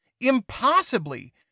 impossibly